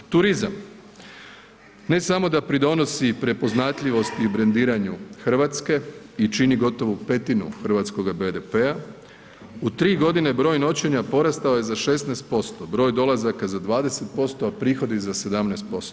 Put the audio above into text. Turizam, ne samo da pridonosi prepoznatljivosti i brendiranju Hrvatske i čini gotovo petinu hrvatskog BDP-a u tri godine broj noćenja porastao je za 16%, broj dolazaka za 20%, a prihodi za 17%